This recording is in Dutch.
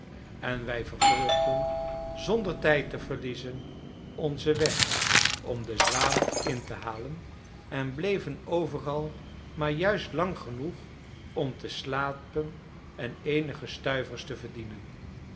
en wij vervolgden zonder tijd te verliezen onzen weg om de zwaan in te halen en bleven overal maar juist lang genoeg om te slapen en eenige stuivers te verdienen